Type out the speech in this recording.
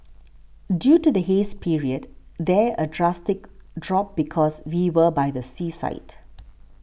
due to the haze period there a drastic drop because we were by the seaside